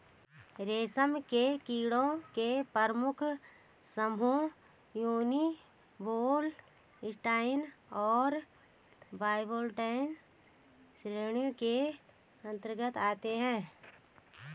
रेशम के कीड़ों के प्रमुख समूह यूनिवोल्टाइन और बाइवोल्टाइन श्रेणियों के अंतर्गत आते हैं